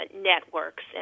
networks